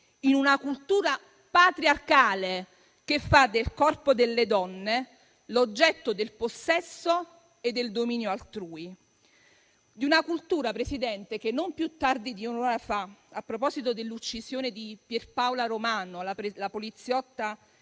in una cultura patriarcale che fa del corpo delle donne l'oggetto del possesso e del dominio altrui. È una cultura che non più tardi di un'ora fa, a proposito dell'uccisione di Pierpaola Romano, la poliziotta